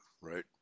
right